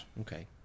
Okay